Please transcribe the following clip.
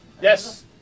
Yes